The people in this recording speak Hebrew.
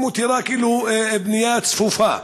מתירה בנייה צפופה,